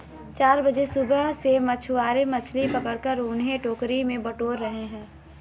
चार बजे सुबह से मछुआरे मछली पकड़कर उन्हें टोकरी में बटोर रहे हैं